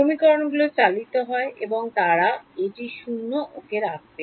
সমীকরণগুলি চালিত হয় তারা এটি 0 ওকে রাখবে